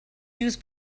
used